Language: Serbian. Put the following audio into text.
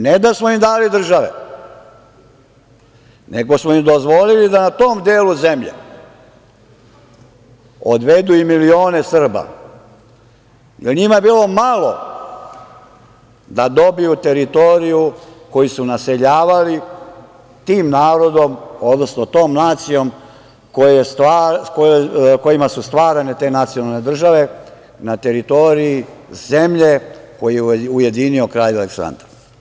Ne da smo im dali države, nego smo im dozvolili da na tom delu zemlje odvedu i milione Srba, jer njima je bilo malo da dobiju teritoriju koju su naseljavali tim narodom, odnosno tom nacijom kojima su stvarane te nacionalne države na teritoriji zemlje koju je ujedinio kralj Aleksandar.